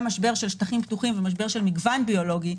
משבר של שטחים פתוחים ומשבר של מגוון ביולוגי,